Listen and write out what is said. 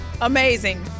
Amazing